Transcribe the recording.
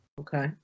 Okay